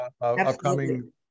upcoming